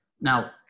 Now